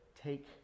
take